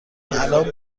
الان